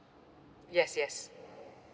yes yes